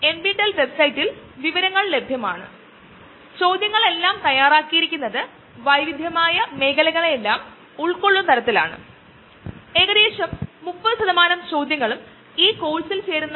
hybridoma പേര് സൂചിപ്പിക്കുന്നത് പോലെ ഹൈബ്രിഡ് ഓമാ ഇത് ഒരു തരം ആന്റിബോഡി ഉൽപാദിപ്പിക്കാൻ കഴിയുന്ന ഒരു കോശത്തിന്റെ സംയോജനമാണ് അല്ലെങ്കിൽ മിശ്രിതമാണ് അതിനാൽ നമ്മൾ അവയെ മോണോക്ലോണൽ ആന്റിബോഡികൾ എന്നും നശിക്കാത്ത മറ്റൊരു തരം എന്നും വിളിക്കുന്നു ഇത് ഒരു കാൻസർ കോശമാണ്